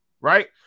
right